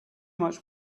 much